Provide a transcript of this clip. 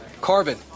carbon